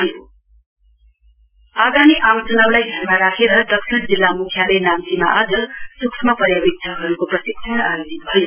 election south आगामी आम चुनाउलाई ध्यानमा राखेर दक्षिम जिल्ला मुख्यालय नाम्चीमा आज सूक्ष्म पर्यावेक्षकहरूको प्रशिक्षण आयोजित भयो